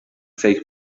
فکر